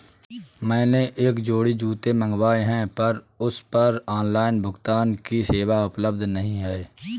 मैंने एक जोड़ी जूते मँगवाये हैं पर उस पर ऑनलाइन भुगतान की सेवा उपलब्ध नहीं है